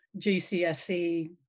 GCSE